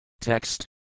Text